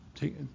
Take